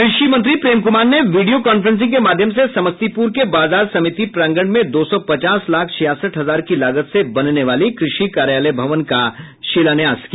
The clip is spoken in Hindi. कृषि मंत्री प्रेम कुमार ने वीडियो कांफ्रेंसिंग के माध्यम से समस्तीप्र के बाजार समिति प्रांगण में दो सौ पचास लाख छियासठ हजार की लागत से बनने वाली कृषि कार्यालय भवन का शिलान्यास किया